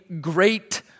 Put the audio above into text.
great